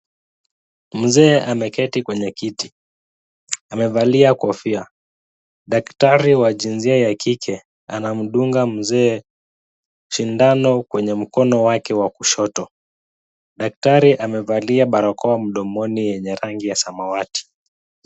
Mzee ameketi kwenye kiti, amevalia kofia. Daktari wa jinsia ya kike anamdunga mzee sindano kwenye mkono wake wa kushoto. Daktari amevalia barakoa mdomoni yenye rangi ya Samawati.